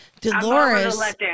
Dolores